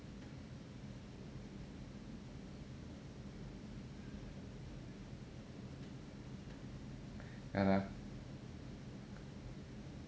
ya lah